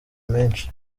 menshi